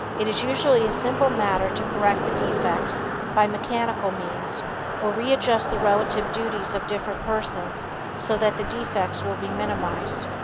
it is usually a simple matter to correct the defects by mechanical means or readjust the relative duties of different persons so that the defects will be minimized.